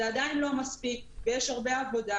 זה עדיין לא מספיק ויש הרבה עבודה,